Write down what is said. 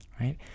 Right